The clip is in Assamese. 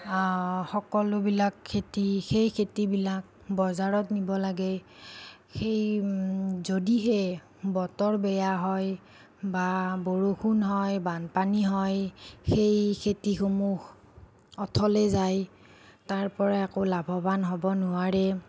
সকলোবিলাক খেতি সেই খেতিবিলাক বজাৰত নিব লাগে সেই যদিহে বতৰ বেয়া হয় বা বৰষুণ হয় বানপানী হয় সেই খেতিসমূহ অথলে যায় তাৰ পৰা একো লাভবান হ'ব নোৱাৰে